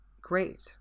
great